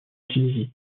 tunisie